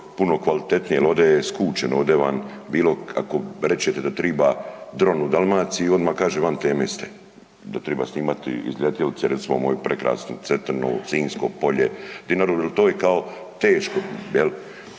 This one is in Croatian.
puno kvalitetnije jer ovdje je skučeno, ovdje bilo ako rečete da treba dron u Dalmaciji, odmah kaže van teme ste. Da treba snimati iz letjelice recimo moju prekrasnu Cetinu, Sinjsko polje, Dinaru jer to je kao teško, jel',